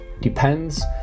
depends